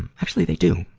and actually, they do.